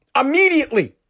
immediately